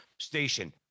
station